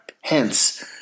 Hence